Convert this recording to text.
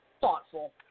Thoughtful